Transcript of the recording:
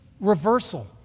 reversal